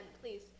please